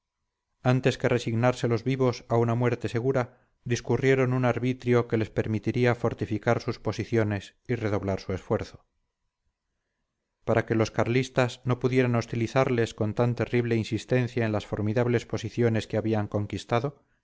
antes que resignarse los vivos a una muerte segura discurrieron un arbitrio que les permitiría fortificar sus posiciones y redoblar su esfuerzo para que los carlistas no pudieran hostilizarles con tan terrible insistencia en las formidables posiciones que habían conquistado